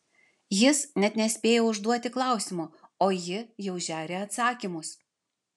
jis net nespėja užduoti klausimo o ji jau žeria atsakymus